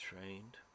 trained